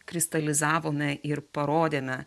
kristalizavome ir parodėme